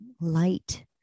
light